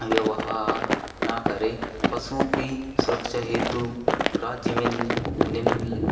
व्यवहार न करें पशुओं की सुरक्षा हेतु राज्य में निम्न लि